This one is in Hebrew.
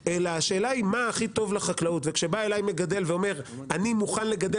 אלא השאלה היא מה הכי טוב לחקלאות וכשבא אליי מגדל ואומר שהוא מוכן לגדל